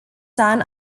son